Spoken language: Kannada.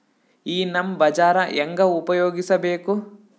ಈ ನಮ್ ಬಜಾರ ಹೆಂಗ ಉಪಯೋಗಿಸಬೇಕು?